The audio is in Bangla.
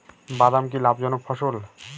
বাদাম কি লাভ জনক ফসল?